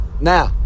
Now